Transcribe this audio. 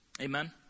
Amen